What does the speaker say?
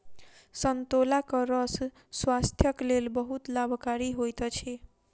संतोलाक रस स्वास्थ्यक लेल बहुत लाभकारी होइत अछि